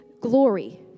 Glory